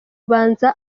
ubanza